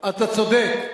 אתה צודק,